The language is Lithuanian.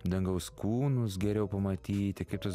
dangaus kūnus geriau pamatyti kaip tuos